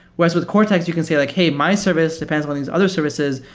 whereas with cortex, you can say like, hey, my service depends on these other services.